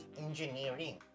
engineering